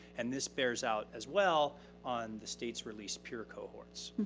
and this bears out as well on the state's released pure cohorts.